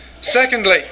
Secondly